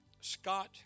Scott